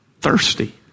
Thirsty